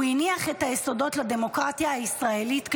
הוא הניח את היסודות לדמוקרטיה הישראלית כשאמר,